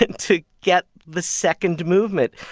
to get the second movement.